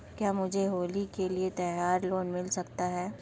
क्या मुझे होली के लिए त्यौहार लोंन मिल सकता है?